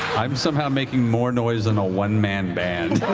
i'm somehow making more noise than a one man band.